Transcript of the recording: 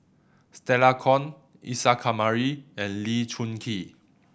Stella Kon Isa Kamari and Lee Choon Kee